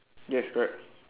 yes correct